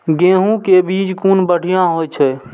गैहू कै बीज कुन बढ़िया होय छै?